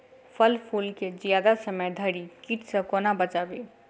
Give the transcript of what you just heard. फल फुल केँ जियादा समय धरि कीट सऽ कोना बचाबी?